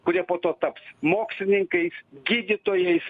kurie po to taps mokslininkais gydytojais